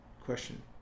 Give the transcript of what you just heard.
question